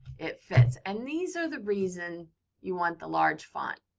it fits. and these are the reasons you want the large font.